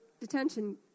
detention